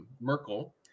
Merkel